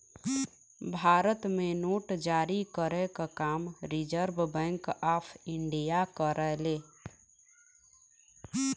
भारत में नोट जारी करे क काम रिज़र्व बैंक ऑफ़ इंडिया करेला